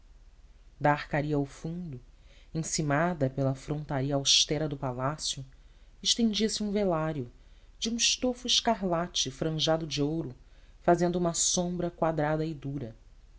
da arcaria ao fundo encimada pela frontaria austera do palácio estendia-se um velário de um estofo escarlate franjado de ouro fazendo uma sombra quadrada e dura